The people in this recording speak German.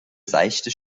seichte